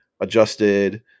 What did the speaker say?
adjusted